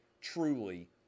truly